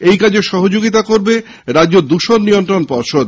এই কাজে সহযোগিতা করবে রাজ্য দূষণ নিয়ন্ত্রণ পর্ষদ